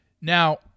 Now